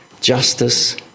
justice